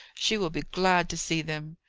she will be glad to see them.